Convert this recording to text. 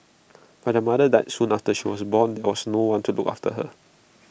but their mother died soon after she was born there was no one to look after her